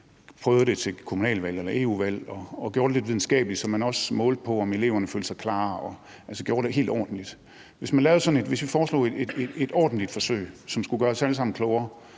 prøvede det til et kommunalvalg eller EU-valg og gjorde det lidt videnskabeligt, så man målte på, om eleverne føle sig klar. Hvis vi foreslog et ordentligt forsøg, som skulle gøre os alle sammen klogere,